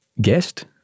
guest